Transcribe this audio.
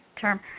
term